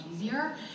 easier